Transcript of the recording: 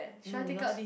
no yours